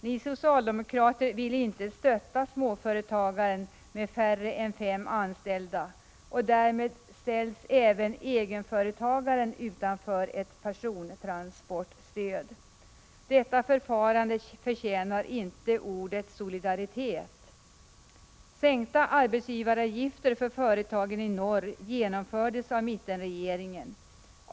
Ni socialdemokrater ville inte stötta småföretagare med färre än fem anställda, och därmed ställdes egenföretagaren utanför ett persontransportstöd. Detta förfarande förtjänar inte ordet solidaritet. En sänkning av arbetsgivaravgifterna för företagen i norr genomfördes av mittenregeringen.